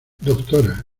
doctora